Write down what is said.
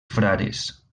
frares